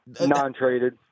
Non-traded